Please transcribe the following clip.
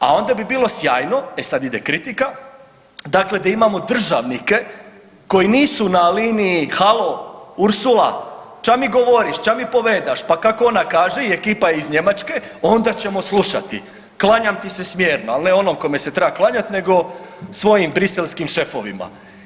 A onda bi bilo sjajno, e sad ide kritika dakle da imamo državnike koji nisu na liniji halo Ursula ća mi govoriš, ća mi povedaš, pa kako ona kaže i ekipa iz Njemačke onda ćemo slušati, klanjam ti se smjerno, ali ne onom kome se treba klanjati nego svojim briselskim šefovima.